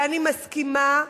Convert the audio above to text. ואני מסכימה,